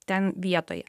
ten vietoje